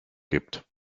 gibt